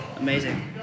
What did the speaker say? Amazing